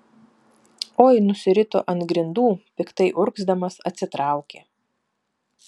oi nusirito ant grindų piktai urgzdamas atsitraukė